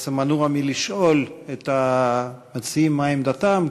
בעצם מנוע מלשאול את המציעים מה עמדתם,